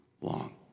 long